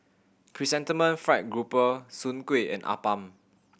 Chrysanthemum Fried Grouper Soon Kueh and appam